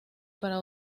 para